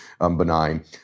benign